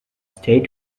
stays